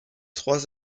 trois